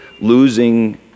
losing